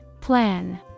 plan